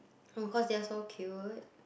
no cause they are so cute